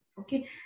Okay